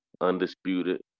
Undisputed